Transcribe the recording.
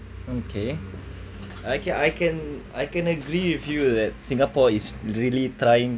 okay I can I can I can agree with you that singapore is really trying